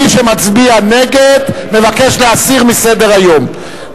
מי שמצביע נגד, מבקש להסיר מסדר-היום.